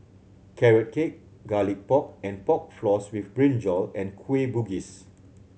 Carrot Cake Garlic Pork and Pork Floss with brinjal and Kueh Bugis